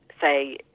say